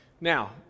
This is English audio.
Now